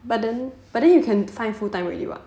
but then but then you can find full time already [what]